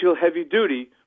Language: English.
heavy-duty